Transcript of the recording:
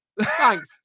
thanks